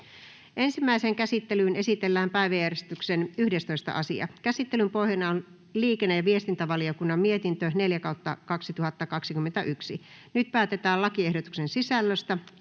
Ensimmäiseen käsittelyyn esitellään päiväjärjestyksen 10. asia. Käsittelyn pohjana on liikenne- ja viestintävaliokunnan mietintö LiVM 3/2021 vp. Nyt päätetään lakiehdotusten sisällöstä.